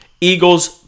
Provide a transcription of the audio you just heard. Eagles